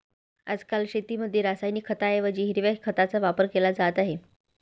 आजकाल शेतीमध्ये रासायनिक खतांऐवजी हिरव्या खताचा वापर केला जात आहे